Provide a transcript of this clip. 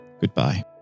goodbye